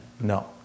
No